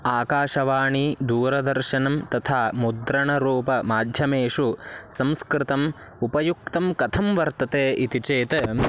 आकाशवाणी दूरदर्शनं तथा मुद्रणरूपमाध्यमेषु संस्कृतम् उपयुक्तं कथं वर्तते इति चेत्